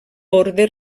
orde